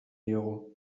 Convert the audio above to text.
diogu